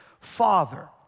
father